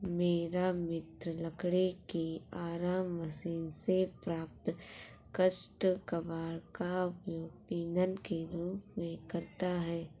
मेरा मित्र लकड़ी की आरा मशीन से प्राप्त काष्ठ कबाड़ का उपयोग ईंधन के रूप में करता है